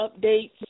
updates